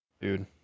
Dude